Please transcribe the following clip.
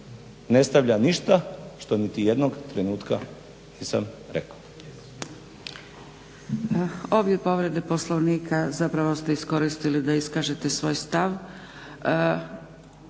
ne stavlja ništa što niti jednog trenutka nisam rekao.